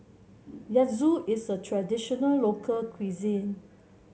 gyoza is a traditional local cuisine